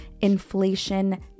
inflation